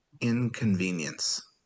Inconvenience